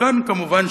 כמובן,